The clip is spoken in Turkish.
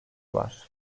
var